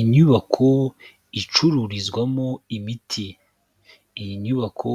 Inyubako icururizwamo imiti. Iyi nyubako